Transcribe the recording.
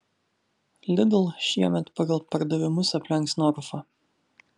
lidl šiemet pagal pardavimus aplenks norfą